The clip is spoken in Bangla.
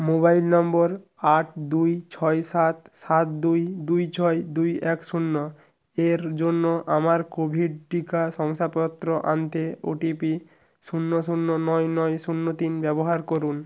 মোবাইল নম্বর আট দুই ছয় সাত সাত দুই দুই ছয় দুই এক শূন্য এর জন্য আমার কোভিড টিকা শংসাপত্র আনতে ওটিপি শূন্য শূন্য নয় নয় শূন্য তিন ব্যবহার করুন